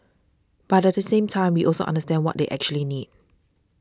but at the same time we also understand what they actually need